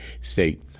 state